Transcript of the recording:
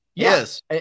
Yes